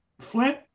Flint